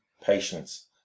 patience